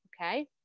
Okay